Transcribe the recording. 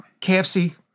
KFC